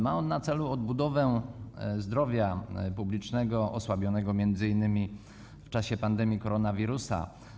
Ma on na celu odbudowę zdrowia publicznego osłabionego m.in. w czasie pandemii koronawirusa.